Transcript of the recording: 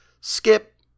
Skip